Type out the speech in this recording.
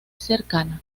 cercana